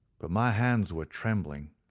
but my hands were trembling,